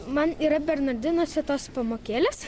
man yra bernardinuose tos pamokėlės